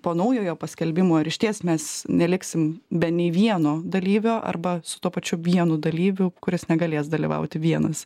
po naujojo paskelbimo ir išties mes neliksim be nei vieno dalyvio arba tuo pačiu vienu dalyviu kuris negalės dalyvauti vienas